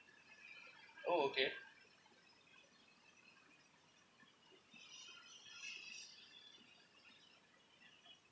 oh okay